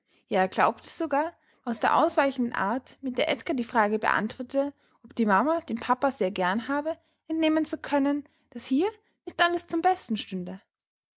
ja er glaubte sogar aus der ausweichenden art mit der edgar die frage beantwortete ob die mama den papa sehr gern habe entnehmen zu können daß hier nicht alles zum besten stünde